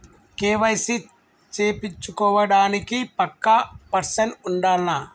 KYC చేపిచ్చుకోవడానికి పక్కా person ఉండాల్నా?